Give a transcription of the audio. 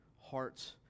hearts